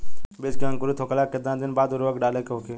बिज के अंकुरित होखेला के कितना दिन बाद उर्वरक डाले के होखि?